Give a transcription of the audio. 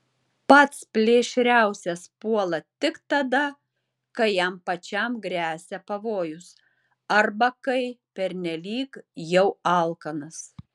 pats plėšriausias puola tik tada kai jam pačiam gresia pavojus arba kai pernelyg jau alkanas